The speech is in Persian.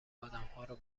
آدمهارو